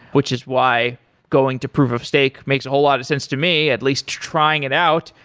which is why going to prove of stake makes a whole lot of sense to me, at least trying it out,